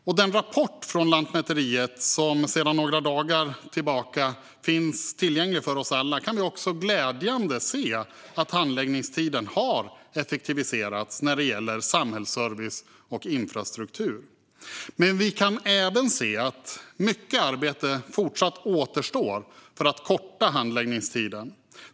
I den rapport från Lantmäteriet som sedan några dagar finns tillgänglig för oss alla kan vi också glädjande nog se att handläggningstiden har effektiviserats när det gäller samhällsservice och infrastruktur. Men vi kan även se att mycket arbete återstår för att korta handläggningstiden.